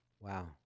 Wow